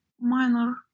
minor